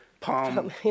Palm